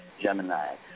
Gemini